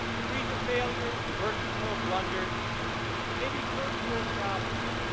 freezer failures and birth control blunders may be first world problems,